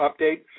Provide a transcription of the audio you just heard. update